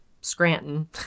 scranton